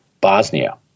Bosnia